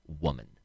woman